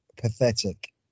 pathetic